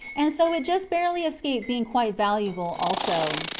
and so it just barely escaped being quite valuable also.